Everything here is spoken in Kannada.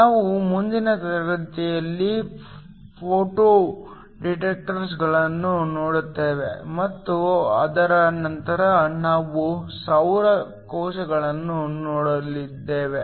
ನಾವು ಮುಂದಿನ ತರಗತಿಯಲ್ಲಿ ಫೋಟೋ ಡಿಟೆಕ್ಟರ್ಗಳನ್ನು ನೋಡುತ್ತೇವೆ ಮತ್ತು ಅದರ ನಂತರ ನಾವು ಸೌರ ಕೋಶಗಳನ್ನು ನೋಡುತ್ತೇವೆ